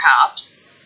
cops